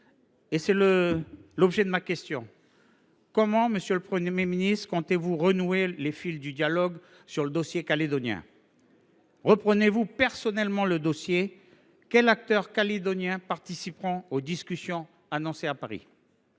tout l’objet de ma question. Comment comptez vous renouer les fils du dialogue dans le dossier calédonien ? Reprendrez vous personnellement le dossier ? Quels acteurs calédoniens participeront aux discussions annoncées à Paris ?